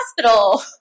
hospital